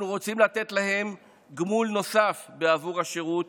אנחנו רוצים לתת להם גמול נוסף עבור השירות